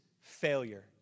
failure